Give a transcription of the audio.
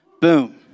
Boom